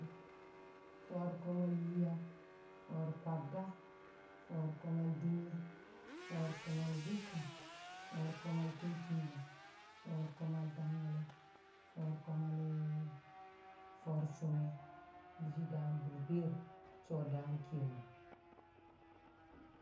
Fo̱o̱r komal yiya. Fo̱o̱r kwadda, Fo̱o̱r komal dinge Fo̱o̱r komal bukka Fo̱o̱r komal keltingka, Fo̱o̱r komal Tangkale̱, Fo̱o̱r koma le Fo̱o̱r sunge̱ di̱shi̱ daam burbeer nso̱ daam ke nan